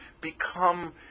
become